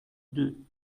deux